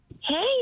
Hey